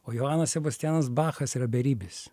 o joanas sebastianas bachas yra beribis